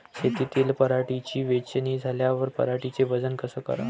शेतातील पराटीची वेचनी झाल्यावर पराटीचं वजन कस कराव?